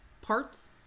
parts